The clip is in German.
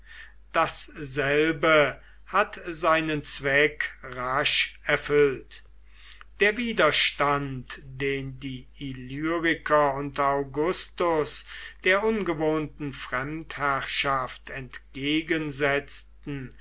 dasselbe hat seinen zweck rasch erfüllt der widerstand den die illyriker unter augustus der ungewohnten fremdherrschaft entgegensetzten